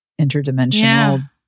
interdimensional